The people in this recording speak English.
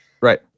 Right